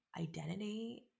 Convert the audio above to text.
identity